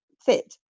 fit